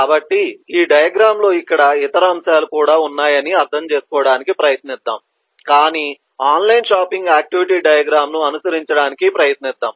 కాబట్టి ఈ డయాగ్రమ్ లో ఇక్కడ ఇతర అంశాలు కూడా ఉన్నాయని అర్థం చేసుకోవడానికి ప్రయత్నిద్దాం కాని ఆన్లైన్ షాపింగ్ ఆక్టివిటీ డయాగ్రమ్ ను అనుసరించడానికి ప్రయత్నిద్దాం